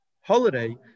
holiday